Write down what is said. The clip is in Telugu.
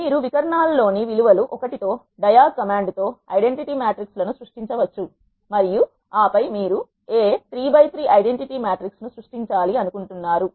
మీరు వికరణాల లోని విలువ లు 1 తో diag కమాండ్ తో ఐడెంటిటీ మ్యాట్రిక్స్ లను సృష్టించవచ్చుమరియు ఆపై మీరు A 33 ఐడెంటిటీ మ్యాట్రిక్స్ ను సృష్టించాలి అనుకుంటున్నారు